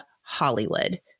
Hollywood